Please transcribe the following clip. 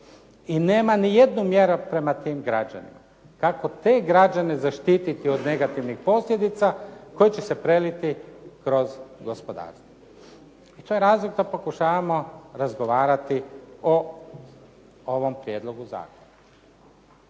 i nema nijednu mjeru prema tim građanima, kako te građane zaštititi od negativnih posljedica koje će se preliti kroz gospodarstvo. I to je razlog da pokušavamo razgovarati o ovom prijedlogu zakona.